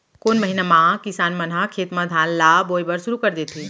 कोन महीना मा किसान मन ह खेत म धान ला बोये बर शुरू कर देथे?